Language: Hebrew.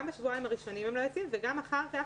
גם בשבועיים הראשונים הם לא יוצאים וגם אחר כך.